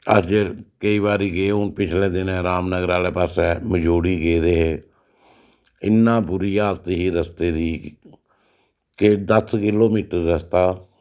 अज्ज केईं बारी गे हून पिछले दिनें रामनगर आह्लै पासै मजोड़ी गेदे हे इन्ना बुरी हालत ही रस्ते दी के दस किलो मीटर रस्ता